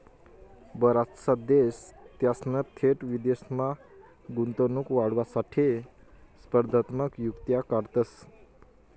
बराचसा देश त्यासना थेट विदेशमा गुंतवणूक वाढावासाठे स्पर्धात्मक युक्त्या काढतंस